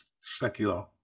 secular